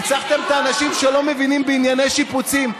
ניצחתם את האנשים שלא מבינים בענייני שיפוצים.